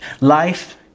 life